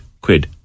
quid